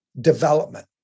development